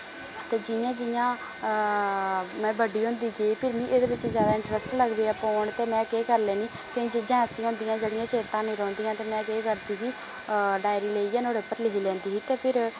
ते जि'यां जि'यां में बड्डी होंदी गेई फिर मी एह्दे बिच्च जैदा इंटरेस्ट लगी पेआ पौन ते में केह् कर लेनी केईं चीजां ऐसियां होंदियां जेह्ड़ियां चेत्ता नेईं रौंह्दियां ते में केह् करदी ही डायरी लेइयै नोह्ड़े पर लिखी लैंदी ही ते फिर